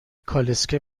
کالسکه